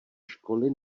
školy